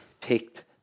picked